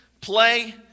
play